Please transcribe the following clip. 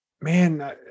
Man